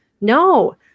No